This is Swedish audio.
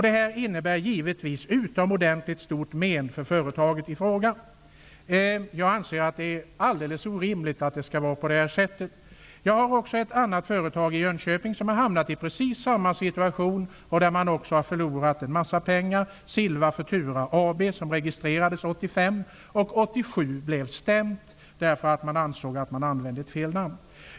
Detta innebär givetvis utomordentligt stort men för företaget i fråga. Jag anser att det är alldeles orimligt att det skall vara på det här sättet. Också ett annat företag i Jönköping har hamnat i precis denna situation och förlorat mycket pengar: blev stämt därför att man ansåg att företaget inte hade rätt till namnet.